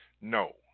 no